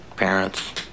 parents